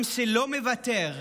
עם שלא מוותר,